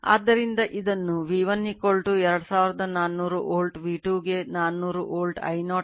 ಆದ್ದರಿಂದ ಇದನ್ನು V1 2400 volt V2 ಗೆ 400 ವೋಲ್ಟ್ I0 ಗೆ 0